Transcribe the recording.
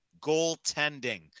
Goaltending